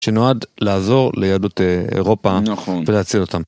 שנועד לעזור ליהדות אירופה, נכון, ולהציל אותן.